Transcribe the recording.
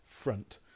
front